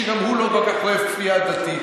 שגם הוא לא כל כך אוהב כפייה דתית.